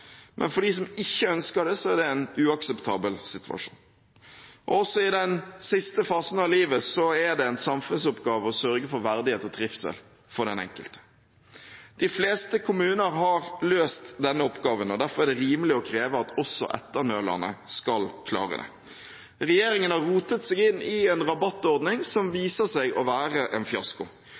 Men for dem som ikke ønsker det, er det en uakseptabel situasjon. Også i den siste fasen av livet er det en samfunnsoppgave å sørge for verdighet og trivsel for den enkelte. De fleste kommuner har løst denne oppgaven, og derfor er det rimelig å kreve at også etternølerne skal klare det. Regjeringen har rotet seg inn i en rabattordning som viser seg å være en fiasko.